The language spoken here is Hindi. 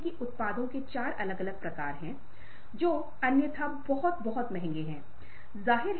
और समय पर शिकायतों का निपटारा नहीं किया जाता है